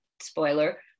spoiler